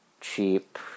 Cheap